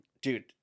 Dude